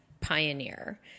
pioneer